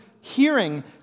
hearing